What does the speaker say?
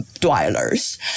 dwellers